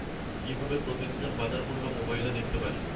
কিভাবে প্রতিদিনের বাজার মূল্য মোবাইলে দেখতে পারি?